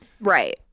right